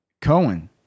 Cohen